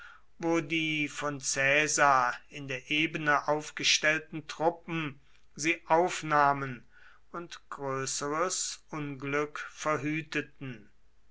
wo die von caesar in der ebene aufgestellten truppen sie aufnahmen und größeres unglück verhüteten